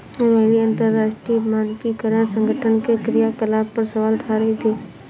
रोहिणी अंतरराष्ट्रीय मानकीकरण संगठन के क्रियाकलाप पर सवाल उठा रही थी